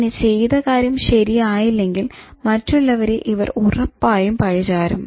ഇനി ചെയ്ത കാര്യം ശരിയായില്ലെങ്കിൽ മറ്റുള്ളവരെ ഇവർ ഉറപ്പായും പഴി ചാരും